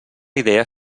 idea